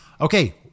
Okay